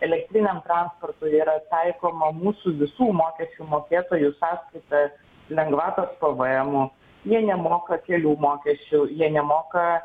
elektriniam transportui yra taikoma mūsų visų mokesčių mokėtojų sąskaita lengvatos pvmų jie nemoka kelių mokesčių jie nemoka